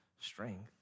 strength